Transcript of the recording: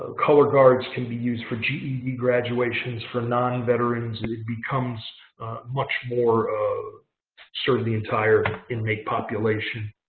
ah color guards can be used for ged graduations, for non-veterans, and it becomes much more serve the entire inmate population.